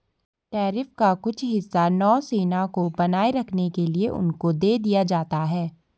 tariff का कुछ हिस्सा नौसेना को बनाए रखने के लिए उनको दे दिया जाता है